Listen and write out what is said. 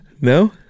No